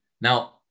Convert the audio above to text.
Now